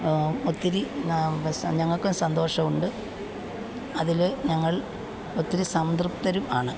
ഒത്തിരി ഞങ്ങൾക്ക് സന്തോഷം ഉണ്ട് അതിൽ ഞങ്ങൾ ഒത്തിരി സംതൃപ്തരും ആണ്